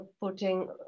putting